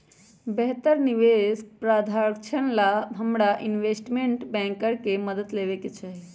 बेहतर निवेश प्रधारक्षण ला हमरा इनवेस्टमेंट बैंकर के मदद लेवे के चाहि